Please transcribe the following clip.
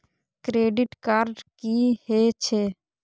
Credit card की हे छे?